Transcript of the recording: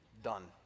Done